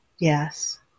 Yes